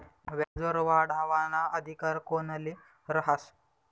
व्याजदर वाढावाना अधिकार कोनले रहास?